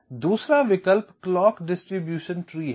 इसलिए दूसरा विकल्प क्लॉक डिस्ट्रीब्यूशन ट्री है